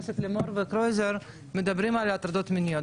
הכנסת קרויזר וסון הר מלך מדבר על הטרדות מיניות.